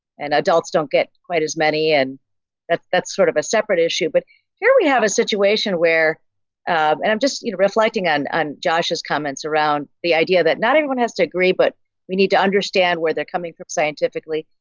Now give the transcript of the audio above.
and adults don't get quite as many and that's that's sort of a separate issue. but here we have a situation where um and i'm just you know reflecting on on josh's comments around the idea that not everyone has to agree, but we need to understand where they're coming from scientifically.